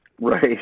Right